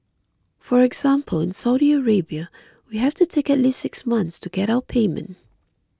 for example in Saudi Arabia we have to take at least six months to get our payment